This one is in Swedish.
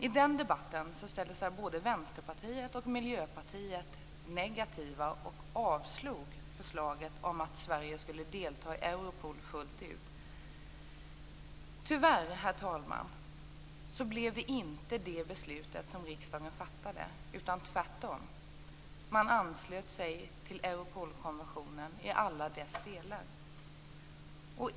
I den debatten ställde sig både Vänsterpartiet och Tyvärr, herr talman, var det inte det beslutet riksdagen fattade. Det blev tvärtom. Man anslöt sig till Europolkonventionen i alla dess delar.